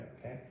okay